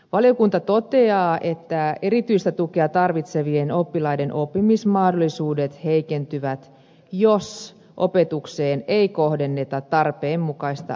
valiokunta toteaa että erityistä tukea tarvitsevien oppilaiden oppimismahdollisuudet heikentyvät jos opetukseen ei kohdenneta tarpeen mukaista resursointia